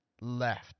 Left